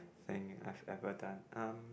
thing I've ever done um